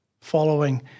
following